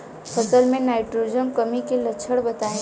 फसल में नाइट्रोजन कमी के लक्षण बताइ?